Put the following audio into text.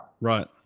Right